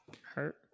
Hurt